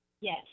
Yes